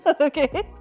okay